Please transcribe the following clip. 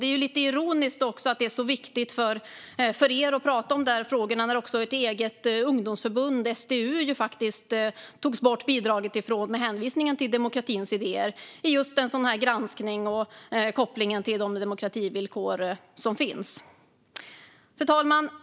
Det är lite ironiskt att det är så viktigt för er att prata om de här frågorna när bidraget faktiskt togs bort från ert eget ungdomsförbund SDU med hänvisning till demokratins idéer. Det gjordes efter just en sådan granskning av kopplingen till de demokrativillkor som finns. Fru talman!